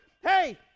hey